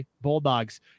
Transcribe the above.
Bulldogs